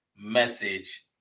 message